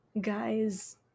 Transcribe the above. guys